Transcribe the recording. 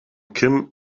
kim